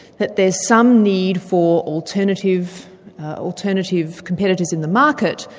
that there's some need for alternative alternative competitors in the market,